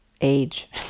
age